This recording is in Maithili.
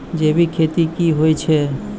जैविक खेती की होय छै?